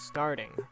Starting